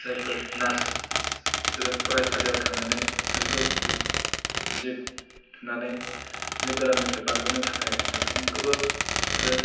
जायफोर नार्स बिसोरो फरायसालियाव थांनानै बिसोरखौ बिजि थुनानै बे बेरामनिफ्राय बारगनो थाखाय साफ्रोमखौबो आरो